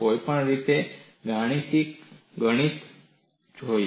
કોઈપણ રીતે આપણે ગણિત જોઈશું